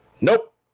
Nope